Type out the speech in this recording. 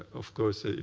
of course, ah